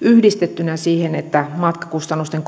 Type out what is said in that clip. yhdistettynä siihen että myös matkakustannusten